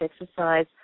exercise